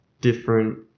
different